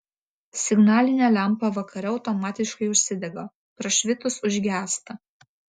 signalinė lempa vakare automatiškai užsidega prašvitus užgęsta